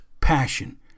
passion